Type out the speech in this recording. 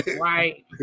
right